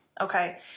Okay